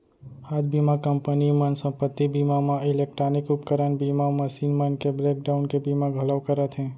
आज बीमा कंपनी मन संपत्ति बीमा म इलेक्टानिक उपकरन बीमा, मसीन मन के ब्रेक डाउन के बीमा घलौ करत हें